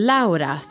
Laura